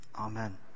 Amen